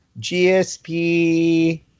GSP